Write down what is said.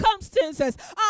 circumstances